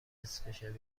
نصفه